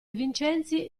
vincenzi